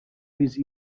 his